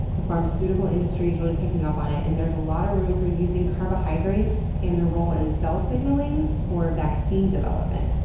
the pharmaceutical industry is really picking up on it and there's a lot of room for using carbohydrates and their role in cell signaling for vaccine development.